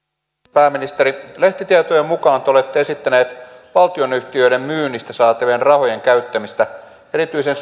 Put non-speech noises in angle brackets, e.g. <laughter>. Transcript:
pääministeri lehtitietojen mukaan te olette esittänyt valtionyhtiöiden myynnistä saatavien rahojen käyttämistä erityisen <unintelligible>